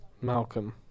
Malcolm